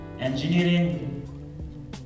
Engineering